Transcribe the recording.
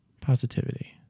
positivity